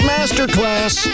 Masterclass